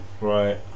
Right